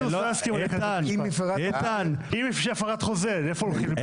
אם יש הפרת חוזה, לאיפה הולכים?